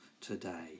today